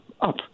up